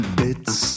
bits